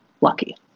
Lucky